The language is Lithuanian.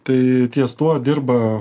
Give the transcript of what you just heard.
tai ties tuo dirba